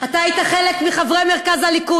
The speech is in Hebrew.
אתה היית מחברי מרכז הליכוד,